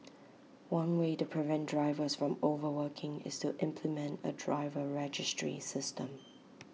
one way to prevent drivers from overworking is to implement A driver registry system